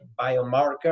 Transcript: biomarker